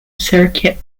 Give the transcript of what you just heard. circuit